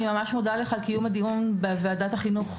אני ממש מודה לך על קיום הדיון בוועדת החינוך.